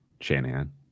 Shanahan